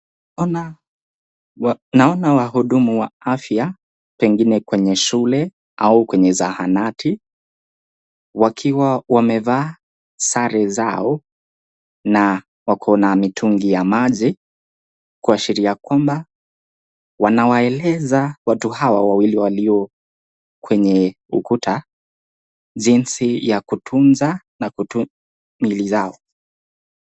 Naona wahudumu wa afya pengine kwenye shule au kwenye zahanati wakiwa wamevaa sare zao na wako na mitungi ya maji kuashiria kwamba wanawaeleza watu hawa wawili walio kwenye ukuta jinsi ya kutunza miili zao.